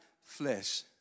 flesh